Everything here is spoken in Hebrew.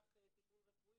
הרעיון שעומד מאחורי זה,